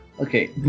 Okay